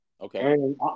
Okay